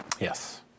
Yes